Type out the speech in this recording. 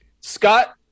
Scott